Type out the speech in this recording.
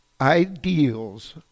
ideals